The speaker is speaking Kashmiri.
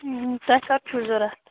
تۄہہِ کَر چھُو ضروٗرت